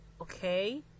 Okay